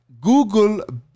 Google